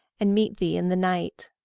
and meet thee in the night.